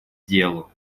делу